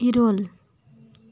ᱤᱨᱟᱹᱞ